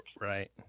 Right